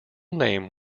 name